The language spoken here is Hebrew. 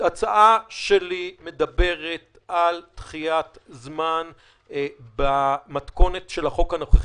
ההצעה שלי מדברת על דחיית זמן במתכונת של החוק הנוכחי,